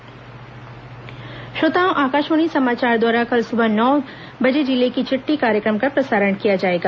जिले की चिटठी श्रोताओं आकाशवाणी समाचार द्वारा कल सुबह नौ बजे जिले की चिट्ठी कार्यक्रम का प्रसारण किया जाएगा